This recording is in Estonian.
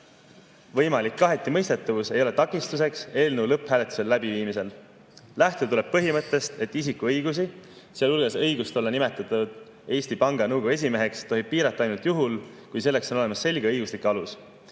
võimalik kahetimõistetavus ei ole takistuseks eelnõu lõpphääletuse läbiviimisel. Lähtuda tuleb põhimõttest, et isiku õigusi, sealhulgas õigust olla nimetatud Eesti Panga Nõukogu esimeheks, tohib piirata ainult juhul, kui selleks on olemas selge õiguslik alus.